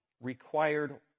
required